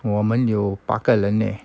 我们有八个人咧